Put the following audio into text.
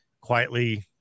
quietly